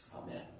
Amen